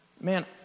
Man